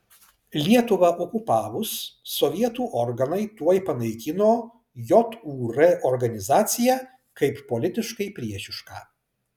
lietuvą okupavus sovietų organai tuoj panaikino jūr organizaciją kaip politiškai priešišką